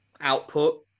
output